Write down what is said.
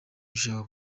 bishaka